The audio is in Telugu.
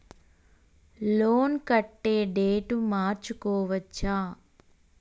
లోన్ కట్టే డేటు మార్చుకోవచ్చా?